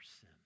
sin